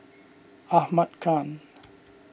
Ahmad Khan